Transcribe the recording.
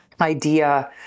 idea